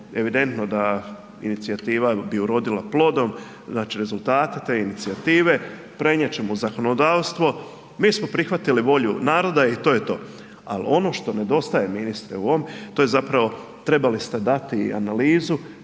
evidentno da inicijativa bi urodila plodom, znači rezultate te inicijative prenijet ćemo u zakonodavstvo, mi smo prihvatili volju naroda i to je to. Al ono što nedostaje ministre u ovom, to je zapravo trebali ste dati analizu